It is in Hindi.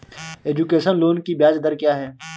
एजुकेशन लोन की ब्याज दर क्या है?